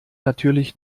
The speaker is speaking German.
natürlich